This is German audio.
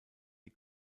die